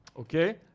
okay